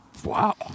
Wow